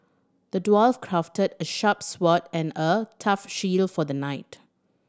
the dwarf crafted a sharp sword and a tough shield for the knight